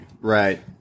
right